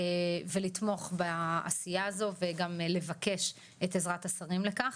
ולתמוך בעשייה הזו וגם לבקש את עזרת השרים לכך.